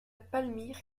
palmyre